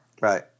Right